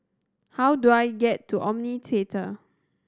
how do I get to Omni Theatre